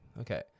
Okay